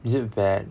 is it bad